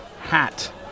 hat